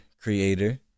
creator